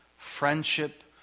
friendship